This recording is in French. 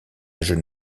jeune